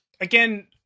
again